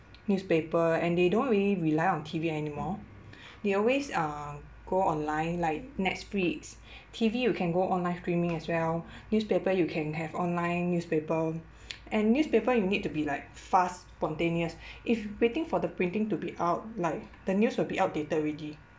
newspaper and they don't really rely on T_V anymore they always uh go online like netflix T_V you can go online streaming as well newspaper you can have online newspaper and newspaper you need to be like fast spontaneous if waiting for the printing to be out like the news will be outdated already